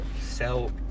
sell